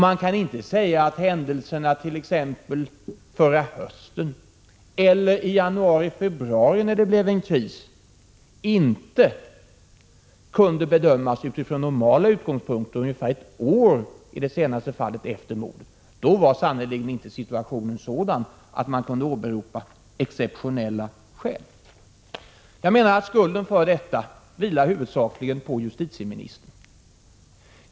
Man kan inte säga att händelserna t.ex. förra hösten eller i januarifebruari, när det blev en kris, inte kunde bedömas utifrån normala utgångspunkter, i det senare fallet ungefär ett år efter mordet. Då var sannerligen inte situationen sådan att det kunde åberopas exceptionella skäl. Jag menar att skulden för detta vilar huvudsakligen på justitieministern.